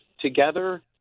together